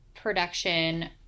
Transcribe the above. production